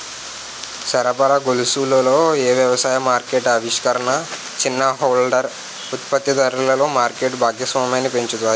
సరఫరా గొలుసులలో ఏ వ్యవసాయ మార్కెట్ ఆవిష్కరణలు చిన్న హోల్డర్ ఉత్పత్తిదారులలో మార్కెట్ భాగస్వామ్యాన్ని పెంచుతాయి?